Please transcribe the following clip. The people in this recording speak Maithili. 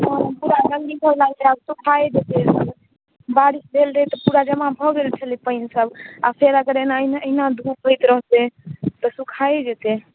हँ